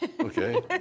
okay